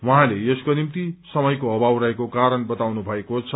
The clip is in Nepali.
उह्रेले यसको निम्ति समयको अभाव रहेको कारण बताउनु भएको छ